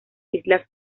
islas